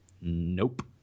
nope